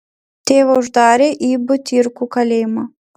tėvą uždarė į butyrkų kalėjimą